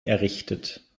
errichtet